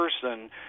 person